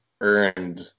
earned